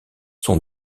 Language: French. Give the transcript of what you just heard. son